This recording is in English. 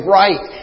right